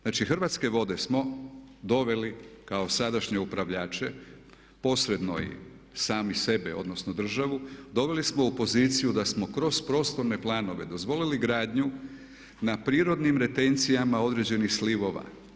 Znači Hrvatske vode smo doveli kao sadašnje upravljače, posredno sami sebe odnosno državu doveli smo u poziciju da smo kroz prostorne planove dozvolili gradnju na prirodnim retencijama određenih slivova.